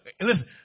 listen